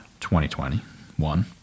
2021